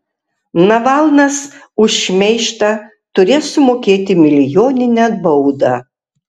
navalnas už šmeižtą turės sumokėti milijoninę baudą